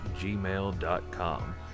gmail.com